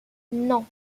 non